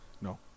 No